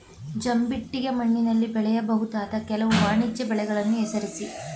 ಜಂಬಿಟ್ಟಿಗೆ ಮಣ್ಣಿನಲ್ಲಿ ಬೆಳೆಯಬಹುದಾದ ಕೆಲವು ವಾಣಿಜ್ಯ ಬೆಳೆಗಳನ್ನು ಹೆಸರಿಸಿ?